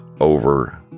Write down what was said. over